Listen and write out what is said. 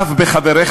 אף בחבריך